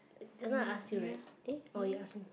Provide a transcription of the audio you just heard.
just now I ask you right eh or you ask me